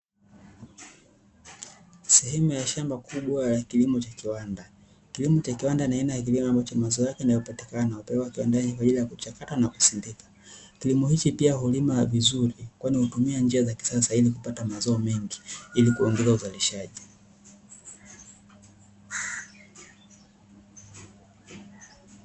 Sehemu ya shamba kubwa la kilimo cha kiwanda. Kilimo cha kiwanda ni aina ya kilimo ambacho mazao yake yanayopatikana hupelekwa kiwandani kwa ajili ya kuchakatwa na kusindika. Kilimo hichi pia hulimwa vizuri, kwani hutumia njia za kisasa kupata mazao mengi ili kuongeza uzalishaji.